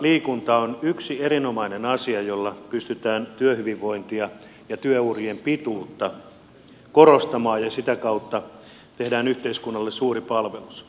työpaikkaliikunta on yksi erinomainen asia jolla pystytään työhyvinvointia ja työurien pituutta korostamaan ja sitä kautta tehdään yhteiskunnalle suuri palvelus